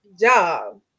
job